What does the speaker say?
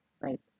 right